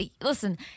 listen